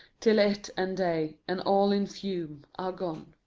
t ill it, and they, and all in fume are gone.